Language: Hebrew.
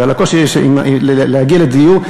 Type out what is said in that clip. והקושי להגיע לדיור.